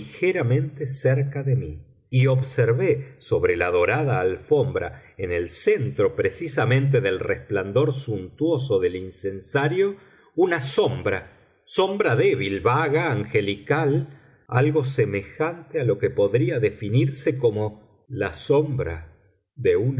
ligeramente cerca de mí y observé sobre la dorada alfombra en el centro precisamente del resplandor suntuoso del incensario una sombra sombra débil vaga angelical algo semejante a lo que podría definirse como la sombra de una